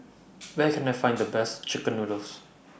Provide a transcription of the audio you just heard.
Where Can I Find The Best Chicken Noodles